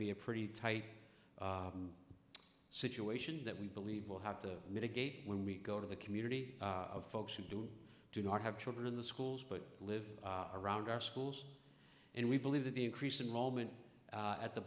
be a pretty tight situation that we believe will have to mitigate when we go to the community of folks who do do not have children in the schools but live around our schools and we believe that the increase in moment at the